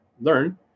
learn